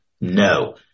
No